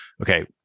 Okay